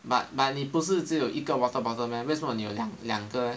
but but 你不是只有一个 water bottle meh 为什么你有两个 leh